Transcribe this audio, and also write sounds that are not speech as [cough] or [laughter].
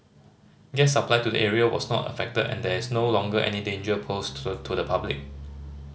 gas supply to the area was not affected and there is no longer any danger posed [unintelligible] to the public